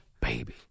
baby